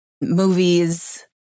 movies